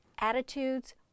attitudes